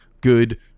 good